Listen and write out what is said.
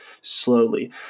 slowly